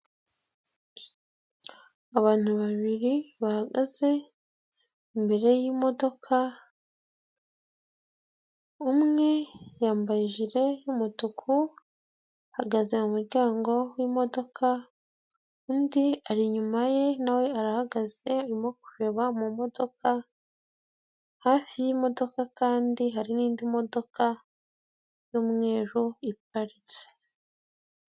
Abantu babiri bahagaze imbere y'imodoka, umwe yambaye ijire y'umutuku ahagaze mu muryango w'imodoka undi ari inyuma ye na we arahagaze arimo kureba mu modoka, hafi y'imodoka kandi hari n'indi modoka y'umweru iparitse.